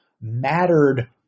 mattered